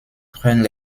prennent